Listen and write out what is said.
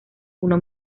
uno